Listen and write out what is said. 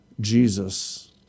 Jesus